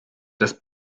das